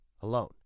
alone